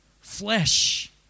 flesh